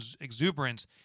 exuberance